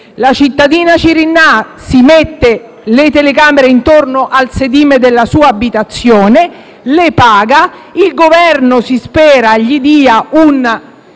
la cittadina Cirinnà si mette le telecamere intorno al sedime della sua abitazione, le paga; il Governo si spera le dia un